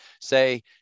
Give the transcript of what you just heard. say